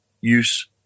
use